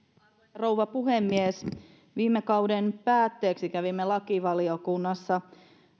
rouva puhemies viime kauden päätteeksi kävimme lakivaliokunnassa